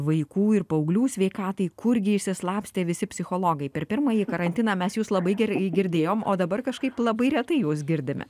vaikų ir paauglių sveikatai kurgi išsislapstė visi psichologai per pirmąjį karantiną mes jus labai gerai girdėjom o dabar kažkaip labai retai jus girdime